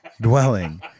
dwelling